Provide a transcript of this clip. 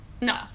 No